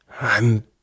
I'm